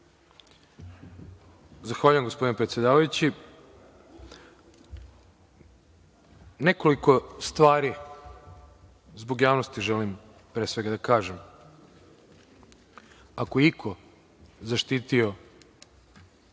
Zahvaljujem, gospodine predsedavajući. Nekoliko stvari zbog javnosti želim, pre svega, da kažem, ako je i ko zaštitio